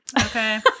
Okay